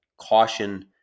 caution